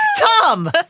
Tom